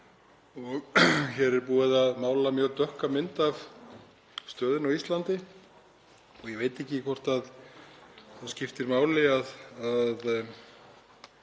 Hér er búið að mála mjög dökka mynd af stöðunni á Íslandi. Ég veit ekki hvort það skiptir máli að